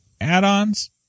add-ons